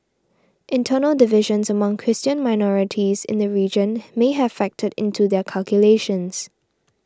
internal divisions among Christian minorities in the region may have factored into their calculations